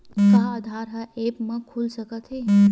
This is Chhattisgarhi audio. का आधार ह ऐप म खुल सकत हे?